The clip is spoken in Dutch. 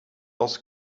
als